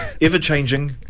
Ever-changing